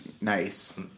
Nice